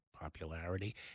popularity